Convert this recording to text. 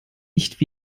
nicht